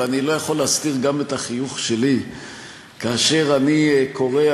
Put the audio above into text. ואני לא יכול להסתיר גם את החיוך שלי כאשר אני קורא,